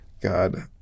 god